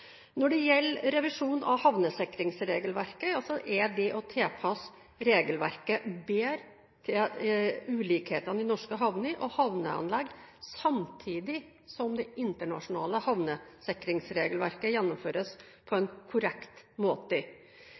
Når det gjelder revisjon av havnesikringsregelverket, tilpasses regelverket bedre til ulikhetene i norske havner og havneanlegg, samtidig som det internasjonale havnesikringsregelverket gjennomføres på en korrekt måte.